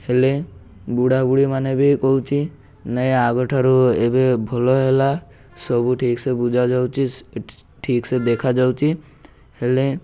ହେଲେ ବୁଢ଼ା ବୁଢ଼ୀମାନେ ବି କହୁଛି ନାଇଁ ଆଗଠାରୁ ଏବେ ଭଲ ହେଲା ସବୁ ଠିକ୍ ସେ ବୁଝାଯାଉଛି ଠିକ୍ସେ ଦେଖାଯାଉଛି ହେଲେ